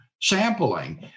sampling